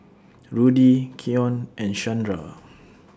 Rudy Keion and Shandra